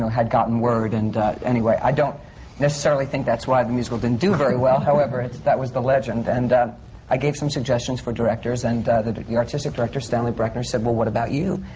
had gotten word. and anyway, i don't necessarily think that's why the musical didn't do very well. however, that was the legend. and i gave some suggestions for directors and the the artistic director, stanley brechner, said, well, what about you?